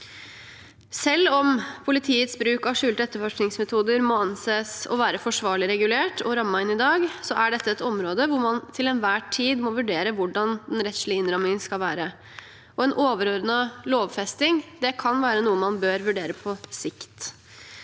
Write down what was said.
Selv om politiets bruk av skjulte etterforskningsmetoder må anses å være forsvarlig regulert og rammet inn i dag, er dette et område hvor en til enhver tid må vurdere hvordan den rettslige innrammingen skal være. En overordnet lovfesting kan være noe en bør vurdere på sikt.